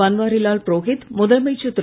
பன்வாரிலால் புரோகித் முதலமைச்சர் திரு